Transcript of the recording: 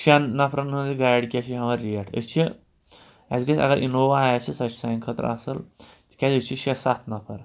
شَن نَفرَن ہٕنٛز گاڑِ کیٛاہ چھِ ہٮ۪وان ریٹ أسۍ چھِ اَسہِ گژھِ اَگر اِنووا آسہِ سۄ چھِ سانہِ خٲطرٕ اَصٕل تِکیٛازِ أسۍ چھِ شےٚ سَتھ نَفر